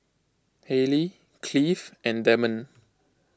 Hallie Cleave and Demond